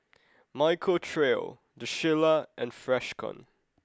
Michael Trio the Shilla and Freshkon